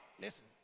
listen